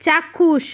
চাক্ষুষ